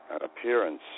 appearance